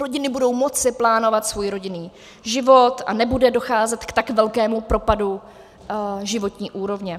Rodiny budou moci plánovat svůj rodinný život a nebude docházet k tak velkému propadu životní úrovně.